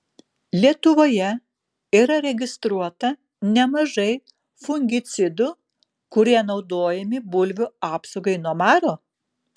lietuvoje yra registruota nemažai fungicidų kurie naudojami bulvių apsaugai nuo maro